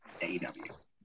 AEW